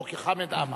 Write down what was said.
אוקיי, חמד עמאר.